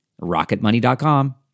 Rocketmoney.com